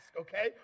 okay